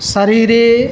शरीरे